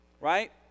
right